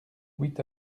huit